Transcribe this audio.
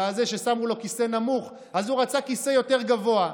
ששמו לו כיסא נמוך אז הוא רצה כיסא יותר גבוה.